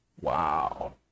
wow